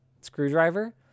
screwdriver